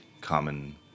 common